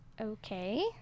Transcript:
Okay